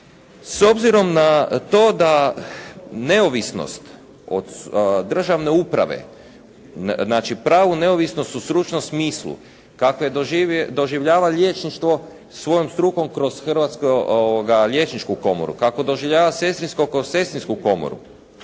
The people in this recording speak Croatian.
S obzirom na to da neovisnost od državne uprave, znači pravu neovisnost u stručnom smislu, kakvu doživljava liječništvo svojim strukom kroz hrvatsko liječničku komoru, kako doživljava sestrinsko kroz sestrinsku komoru,